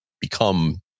become